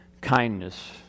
kindness